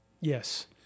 Yes